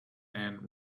and